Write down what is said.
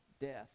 death